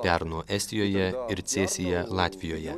pernu estijoje ir cėsyje latvijoje